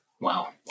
Wow